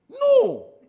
No